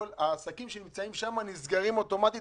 העסקים שנמצאים שם נסגרים באופן אוטומטי.